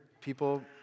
people